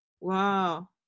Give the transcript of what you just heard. Wow